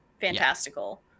fantastical